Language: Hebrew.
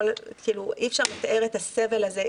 אי אפשר לתאר את הסבל הזה,